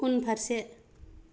उनफारसे